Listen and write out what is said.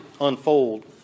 unfold